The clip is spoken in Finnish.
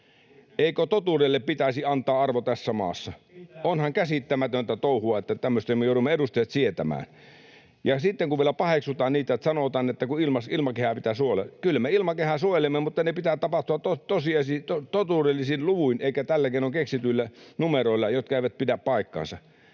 Eikö totuudelle pitäisi antaa arvo tässä maassa? [Tuomas Kettunen: Pitää!] Onhan käsittämätöntä touhua, että tämmöistä me edustajat joudumme sietämään. Ja sitten kun vielä paheksutaan ja sanotaan, että kun ilmakehää pitää suojella. Kyllä me ilmakehää suojelemme, mutta sen pitää tapahtua totuudellisin luvuin eikä tällä keinoin, keksityillä numeroilla, jotka eivät pidä paikkaansa.